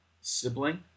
sibling